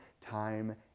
time